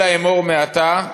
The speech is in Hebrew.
אלא אמור מעתה: